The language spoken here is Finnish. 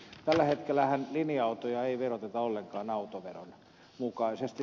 tällä hetkellähän linja autoja ei veroteta ollenkaan autoveron mukaisesti